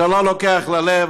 אתה לא לוקח ללב,